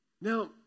Now